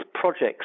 projects